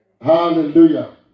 Hallelujah